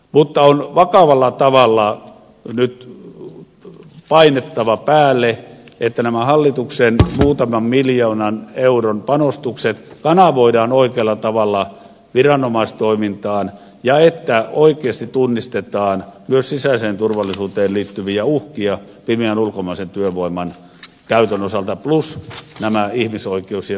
mutta on vakavalla tavalla nyt painettava päälle että nämä hallituksen muutaman miljoonan euron panostukset kanavoidaan oikealla tavalla viranomaistoimintaan ja että oikeasti tunnistetaan myös sisäiseen turvallisuuteen liittyviä uhkia pimeän ulkomaisen työvoiman käytön osalta plus nämä ihmisoikeus ja työorjuuskysymykset